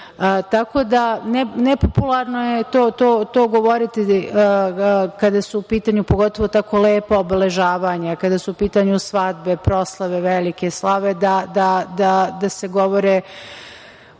da, nepopularno je to govoriti kada su u pitanju, pogotovo tako lepa obeležavanja, kada su u pitanju svadbe, proslave, velike slave, da se o tome